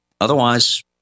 Otherwise